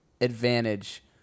advantage